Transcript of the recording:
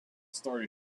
started